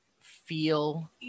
feel